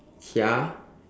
Kia